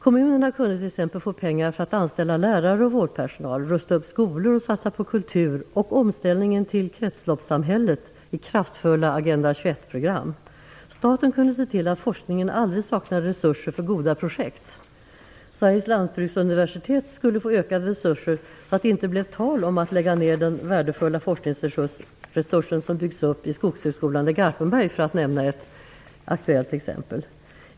Kommunerna kunde t.ex. få pengar för att anställa lärare och vårdpersonal, rusta upp skolor och satsa på kultur och omställningen till kretsloppssamhället i kraftfulla Agenda Staten kunde se till att forskningen aldrig saknade resurser för goda projekt. Sveriges lantbruksuniversitet skulle få ökade resurser så att det inte blev tal om att lägga ner den värdefulla forskningsresurs som byggts upp vid Skogshögskolan i Garpenberg, för att nämna ett aktuellt exempel.